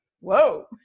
whoa